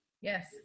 Yes